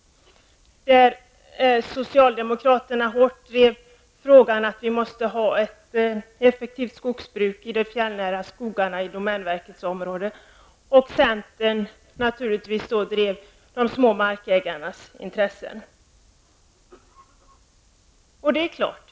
Socialdemokraterna drev hårt frågan om att vi måste ha ett effektivt skogsbruk i de fjällnära skogarna i domänverkets område. Centern drev naturligtvis frågan om de små markägarnas intressen.